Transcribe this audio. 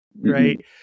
right